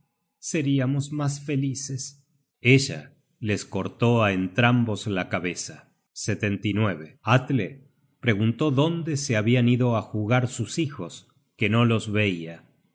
seríamos mas felices ella los cortó á entrambos la cabeza atle preguntó dónde se habian ido á jugar sus hijos que no los veia